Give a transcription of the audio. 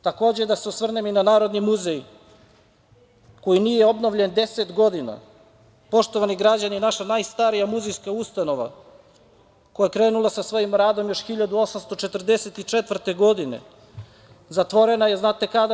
Takođe, da se osvrnem i na Narodni muzej, koji nije obnovljen 10 godina, poštovani građani, naša najstarija muzejska ustanova, koja je krenula sa svojim radom još 1844. godine, zatvorena je znate kada?